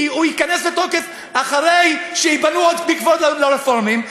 הוא ייכנס לתוקף אחרי שייבנו עוד מקוואות לרפורמים,